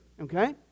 Okay